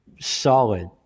solid